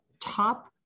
Top